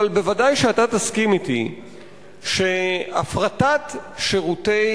אבל אתה ודאי תסכים אתי שהפרטת שירותי